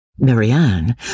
Marianne